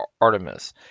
Artemis